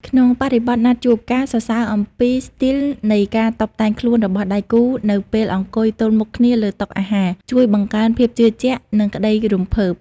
ក្នុងបរិបទណាត់ជួប ការសរសើរអំពីស្ទីលនៃការតុបតែងខ្លួនរបស់ដៃគូនៅពេលអង្គុយទល់មុខគ្នាលើតុអាហារ ជួយបង្កើនភាពជឿជាក់ និងក្ដីរំភើប។